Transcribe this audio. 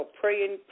praying